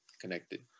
connected